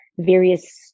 various